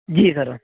ਜੀ ਸਰ